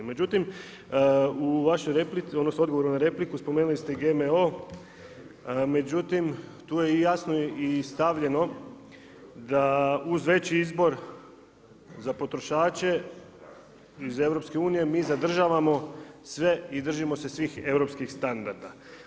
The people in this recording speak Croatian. Međutim, u vašoj replici, odnosno odgovoru na repliku spomenuli ste i GMO, međutim tu je i jasno i stavljeno da uz veći izbor za potrošače iz EU mi zadržavamo sve i držimo se svih europskih standarda.